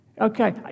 Okay